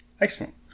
Excellent